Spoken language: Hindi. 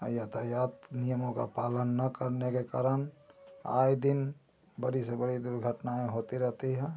और यातायात नियमों का पालन ना करने के कारण आए दिन बड़ी से बड़ी दुर्घटनायें होती रहती हैं